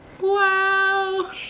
Wow